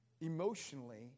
emotionally